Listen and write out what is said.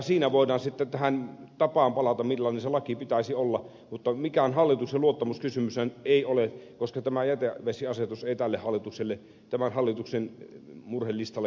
siinä voidaan palata tähän tapaan millainen sen lain pitäisi olla mutta kysymyshän ei ole mikä on hallituksen luottamus koska tämä jätevesiasetus ei tämän hallituksen murhelistalle kuulu ollenkaan